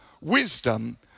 wisdom